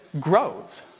grows